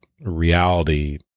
reality